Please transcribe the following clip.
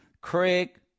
Craig